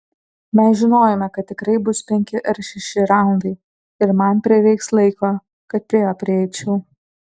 mes žinojome kad tikrai bus penki ar šeši raundai ir man prireiks laiko kad prie jo prieičiau